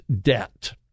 debt